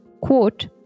Quote